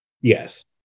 Yes